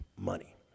money